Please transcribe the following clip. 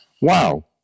wow